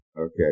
Okay